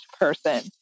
person